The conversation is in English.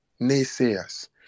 naysayers